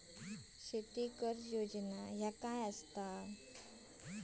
शेती कर्ज योजना काय असा?